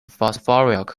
phosphoric